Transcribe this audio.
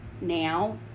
now